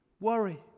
Worry